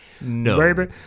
No